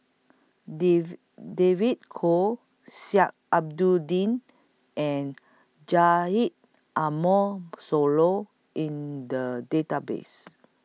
David David Kwo Sheik Alau'ddin and Haji Ambo Sooloh in The Database